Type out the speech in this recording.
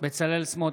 בצלאל סמוטריץ'